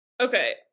Okay